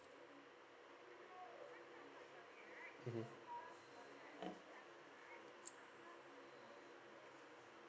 mmhmm